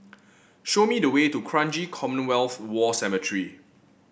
show me the way to Kranji Commonwealth War Cemetery